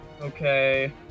Okay